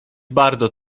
bardzo